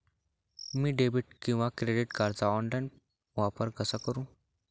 मी debit किंवा credit कार्डचा online वापर कसा करु?